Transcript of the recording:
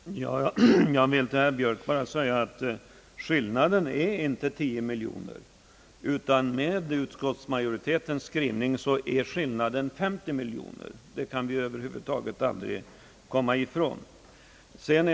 Herr talman! Jag vill till herr Björk säga att skillnaden inte är 10 miljoner. Med utskottsmajoritetens skrivning är skillnaden 50 miljoner. Det kan vi över huvud taget aldrig komma ifrån.